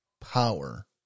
power